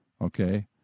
okay